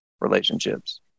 relationships